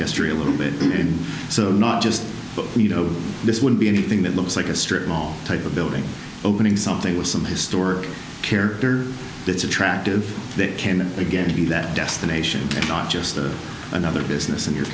history a little bit and so not just you know this would be anything that looks like a strip mall type of building opening something with some historic character that's attractive that can again be that destination not just another business in your